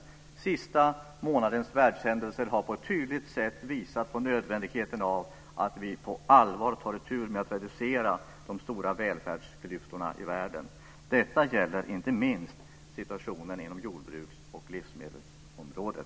Den senaste månadens världshändelser har på ett tydligt sätt visat på nödvändigheten av att vi på allvar tar itu med att reducera de stora välfärdsklyftorna i världen. Detta gäller inte minst situationen på jordbruks och livsmedelsområdet.